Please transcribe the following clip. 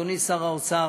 אדוני שר האוצר,